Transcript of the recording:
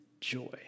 joy